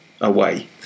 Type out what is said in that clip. away